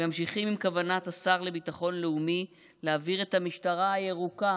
הם ממשיכים עם כוונת השר לביטחון לאומי להעביר את המשטרה הירוקה